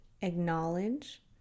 acknowledge